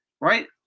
Right